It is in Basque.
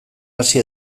hasi